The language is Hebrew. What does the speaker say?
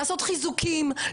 לעשות חיזוקים,